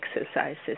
exercises